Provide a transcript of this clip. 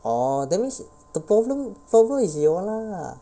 orh that means the problem problem is you all lah